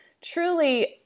truly